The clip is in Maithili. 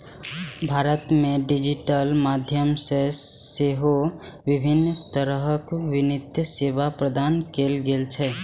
भारत मे डिजिटल माध्यम सं सेहो विभिन्न तरहक वित्तीय सेवा प्रदान कैल जाइ छै